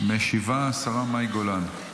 משיבה השרה מאי גולן.